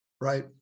Right